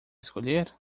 escolher